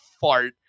fart